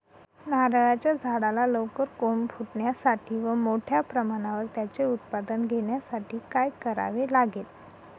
नारळाच्या झाडाला लवकर कोंब फुटण्यासाठी व मोठ्या प्रमाणावर त्याचे उत्पादन घेण्यासाठी काय करावे लागेल?